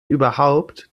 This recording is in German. überhaupt